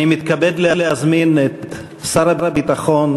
אני מתכבד להזמין את שר הביטחון,